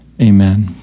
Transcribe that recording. Amen